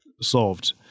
solved